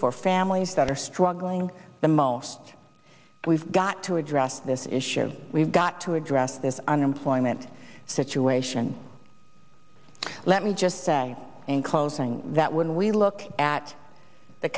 for families that are struggling the most we've got to address this issue we've got to address this unemployment situation let me just say in closing that when we look at the